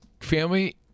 family